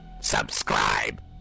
subscribe